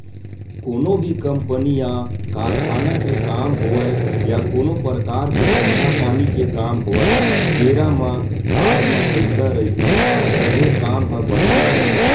कोनो भी कंपनी या कारखाना के काम होवय या कोनो परकार के धंधा पानी के काम होवय बेरा म हात म पइसा रइही तभे काम ह बनही